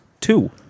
Two